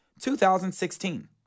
2016